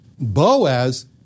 Boaz